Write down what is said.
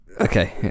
okay